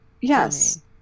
yes